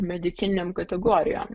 medicininėm kategorijom